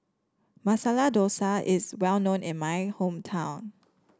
Masala Dosa is well known in my hometown